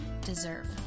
deserve